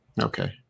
Okay